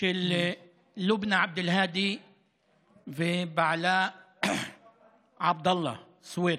של לובנא עבד אלהאדי ובעלה עבדאללה סוויטי,